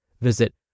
Visit